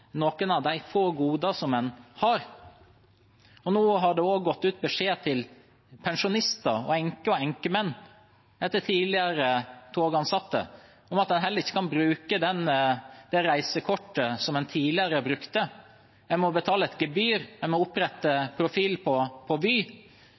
noen av de få godene som en har. Nå har det også gått ut beskjed til pensjonister og enker og enkemenn etter tidligere togansatte om at en heller ikke kan bruke det reisekortet som en tidligere brukte – en må betale et gebyr, en må opprette